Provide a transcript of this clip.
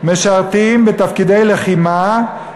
משרתים בתפקידי לחימה,